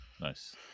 Nice